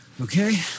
Okay